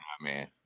man